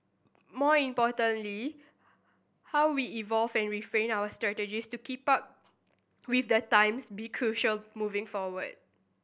more importantly how we evolve and refine our strategies to keep up with the times be crucial moving forward